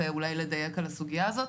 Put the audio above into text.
ולדייק את הסוגיה הזאת,